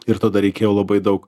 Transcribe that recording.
ir tada reikėjo labai daug